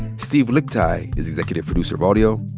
steve lickteig is executive producer of audio.